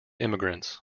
immigrants